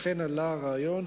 לכן עלה הרעיון,